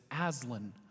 Aslan